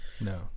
No